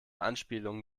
anspielungen